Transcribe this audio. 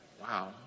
Wow